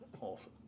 Awesome